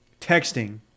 texting